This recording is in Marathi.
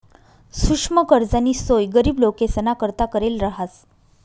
सुक्ष्म कर्जनी सोय गरीब लोकेसना करता करेल रहास